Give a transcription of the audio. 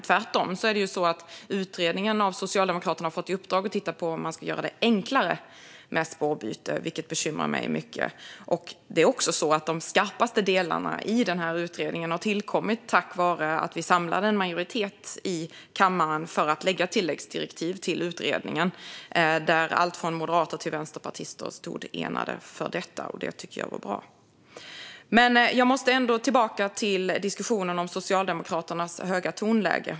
Tvärtom är det ju så att Socialdemokraterna har gett utredningen i uppdrag att titta på hur man ska göra det enklare med spårbyte, vilket bekymrar mig mycket. Det är också så att de skarpaste delarna i den här utredningen har tillkommit tack vare att vi samlade en majoritet i kammaren för att lägga fram förslag till tilläggsdirektiv till utredningen. Där stod alltifrån moderater till vänsterpartister enade, och det tycker jag var bra. Jag måste ändå gå tillbaka till diskussionen om Socialdemokraternas höga tonläge.